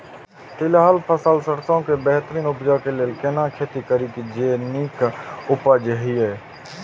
तिलहन फसल सरसों के बेहतरीन उपजाऊ लेल केना खेती करी जे नीक उपज हिय?